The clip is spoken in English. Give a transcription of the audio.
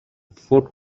food